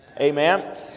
Amen